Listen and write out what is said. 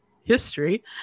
history